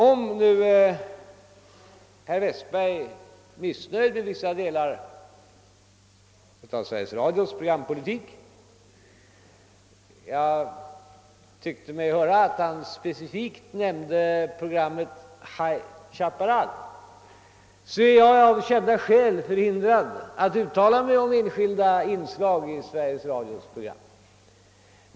Om nu herr Westberg är missnöjd med vissa delar av Sveriges Radios programpolitik — jag tyckte mig höra att han speciellt nämnde programmet High Chaparral — vill jag erinra om att jag av kända skäl är förhindrad att uttala mig om enskilda inslag i Sveriges Radios program.